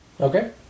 Okay